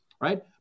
right